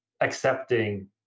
accepting